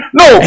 no